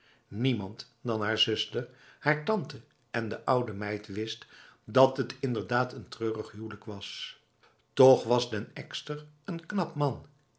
niemand dan haar zuster haar tante en de oude meid wist dat het inderdaad een treurig huwelijk was toch was den ekster een knap man